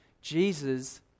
Jesus